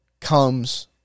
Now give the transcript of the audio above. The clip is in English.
comes